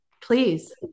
Please